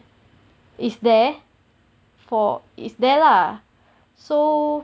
is there for is there lah so